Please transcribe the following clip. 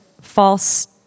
false